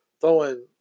throwing